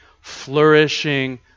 flourishing